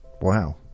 wow